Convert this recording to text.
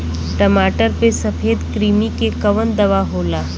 टमाटर पे सफेद क्रीमी के कवन दवा होला?